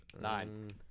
nine